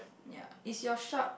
ya is your shark